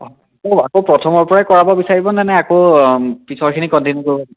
হয় আকৌ আকৌ প্ৰথমৰ পৰাই কৰাব বিচাৰিব নে নে আকৌ পিছৰখিনি কণ্টিনিউ কৰাব